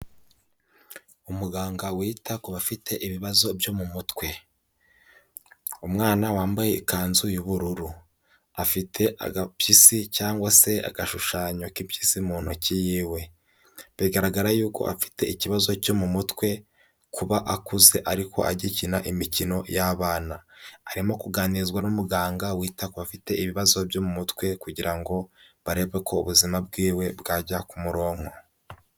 Umuganga wita ku bafite ibibazo byo mu mutwe, umwana wambaye ikanzu y'ubururu afite agapyisi cyangwa se agashushanya k'impyisi mu ntoki yiwe, bigaragara yuko afite ikibazo cyo mu mutwe kuba akuze ariko agikina imikino y'abana, arimo kuganizwa n'umuganga wita bafite ibibazo byo mu mutwe kugira ngo barebe ko ubuzima bwiwe bwajya ku murongo.